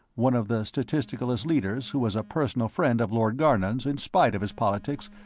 one of the statisticalist leaders who was a personal friend of lord garnon's in spite of his politics,